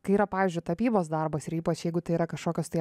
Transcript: kai yra pavyzdžiui tapybos darbas ir ypač jeigu tai yra kažkokios tai